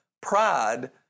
pride